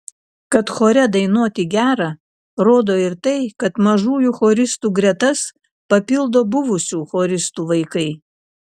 kad chore dainuoti gera rodo ir tai kad mažųjų choristų gretas papildo buvusių choristų vaikai